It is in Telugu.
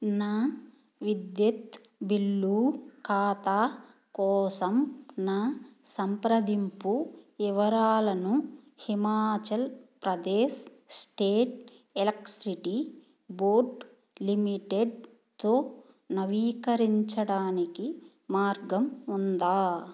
నా విద్యుత్ బిల్లు ఖాతా కోసం నా సంప్రదింపు వివరాలను Himachal Pradesh state electricity board లిమిటెడ్తో నవీకరించడానికి మార్గం ఉందా